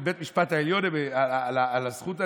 בית המשפט העליון, על הזכות הלגיטימית,